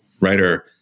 writer